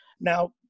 Now